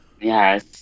Yes